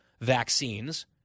vaccines